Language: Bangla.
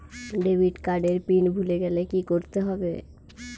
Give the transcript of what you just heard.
ডেবিট কার্ড এর পিন ভুলে গেলে কি করতে হবে?